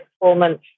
performance